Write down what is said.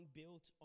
built